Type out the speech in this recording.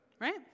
Right